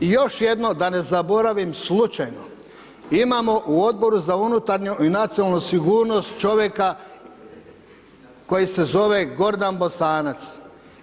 I još jedno da ne zaboravim slučajno, imamo u Odboru za unutarnju i nacionalnu sigurnost čovjeka koji se zove Gordan Bosanac